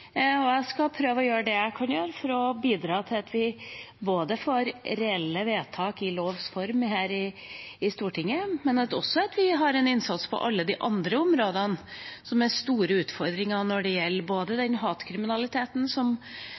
saksfeltet. Jeg skal prøve å gjøre det jeg kan for å bidra både til at vi får reelle vedtak i lovs form her i Stortinget, og til at vi har en innsats også på alle de andre områdene som har store utfordringer når det gjelder både den hatkriminaliteten